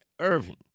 Irving